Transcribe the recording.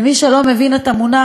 מי שלא מבין את המונח,